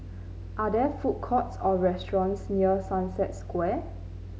are there food courts or restaurants near Sunset Square